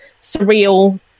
surreal